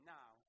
now